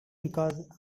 because